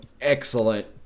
excellent